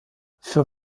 für